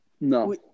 No